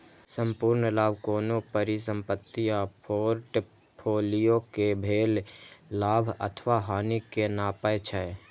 संपूर्ण लाभ कोनो परिसंपत्ति आ फोर्टफोलियो कें भेल लाभ अथवा हानि कें नापै छै